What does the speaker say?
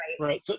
Right